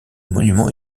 monuments